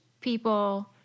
people